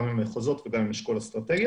גם עם מחוזות וגם עם אשכול אסטרטגיה.